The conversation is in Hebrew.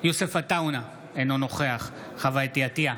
יוסף עטאונה, אינו נוכח חוה אתי עטייה,